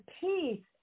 peace